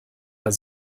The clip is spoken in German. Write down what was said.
herr